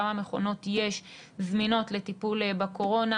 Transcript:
כמה מכונות יש זמינות לטיפול בקורונה,